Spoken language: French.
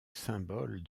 symbole